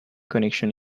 connection